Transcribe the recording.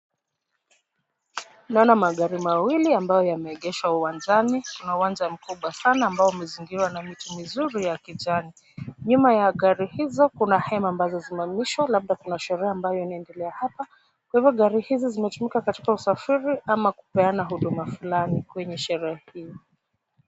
Naona magari mawili ambayo yameegeshwa uwanjani. Kuna uwanja mkubwa sana ambao umezingirwa na miti mizuri ya kijani. Nyuma ya gari hizo kuna hema ambazo zimesimamishwa labda kuna sherehe ambayo inayoendelea hapa. Kwa hivo gari hizo zimetumika katika usafiri ama kupeana huduma fulani kwenye sherehe hii.